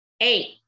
Eight